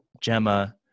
Gemma